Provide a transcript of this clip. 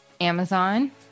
Amazon